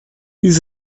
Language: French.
ils